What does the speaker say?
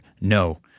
No